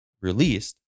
released